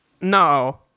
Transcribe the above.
no